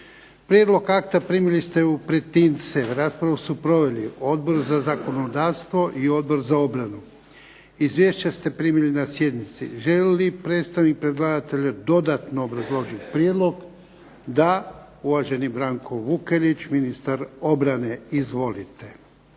Prijedlog akta primili ste u pretince. Raspravu su proveli Odbor za zakonodavstvo i Odbor za obranu. Izvješća ste primili na sjednici. Želi li predstavnik predlagatelja dodatno obrazložiti prijedlog? Da. Uvaženi Branko Vukelić, ministar obrane. Izvolite.